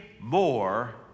more